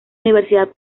universidad